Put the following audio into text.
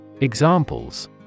Examples